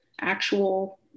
actual